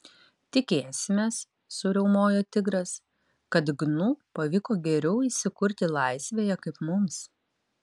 tikėsimės suriaumojo tigras kad gnu pavyko geriau įsikurti laisvėje kaip mums